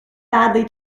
badly